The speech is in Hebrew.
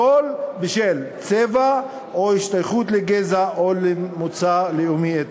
הכול בשל צבע או השתייכות לגזע או למוצא לאומי-אתני".